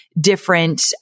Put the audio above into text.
different